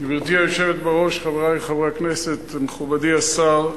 גברתי היושבת בראש, חברי חברי הכנסת, מכובדי השר,